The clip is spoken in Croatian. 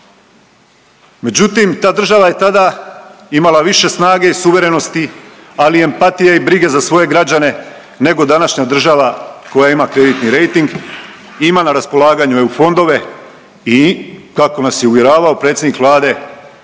Međutim, ta država je tada imala više snage i suverenosti, ali i empatije i brige za svoje građane nego današnja država koja ima kreditni rejting, ima na raspolaganju EU fondove i kako nas je uvjeravao predsjednik Vlade